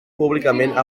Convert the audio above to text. públicament